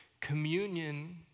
Communion